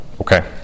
Okay